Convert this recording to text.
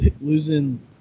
Losing